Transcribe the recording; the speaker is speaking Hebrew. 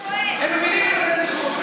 כי הם מבינים את הנזק שהוא עושה.